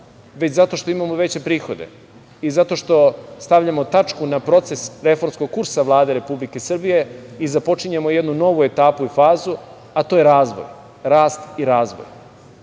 već zato što imamo veće prihode i zato što stavljamo tačku na proces reformskog kursa Vlade Republike Srbije i započinjemo jednu novu etapu i fazu, a to je razvoj, rast i razvoj.